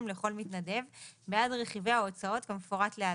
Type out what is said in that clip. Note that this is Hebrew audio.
לכל מתנדב בעד רכיבי הוצאות כמפורט להלן: